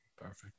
Perfect